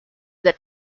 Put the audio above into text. that